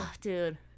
Dude